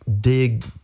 dig